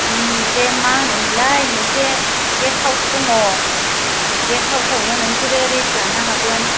ओं बे मा होनो मोनलाय गेस्ट हाउस दं गेस्ट हाउस आवनो नोंसोर रेस्ट लानो हागोन